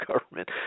government